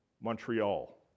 Montreal